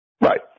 Right